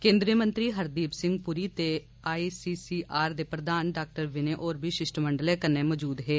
केन्द्रीय मंत्री हरदीप सिंह पुरी ते आई सी सी आर दे प्रघान डाक्टर विनय होर बी शिष्टमंडलै कन्नै मौजूद हे